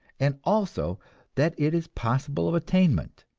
and also that it is possible of attainment.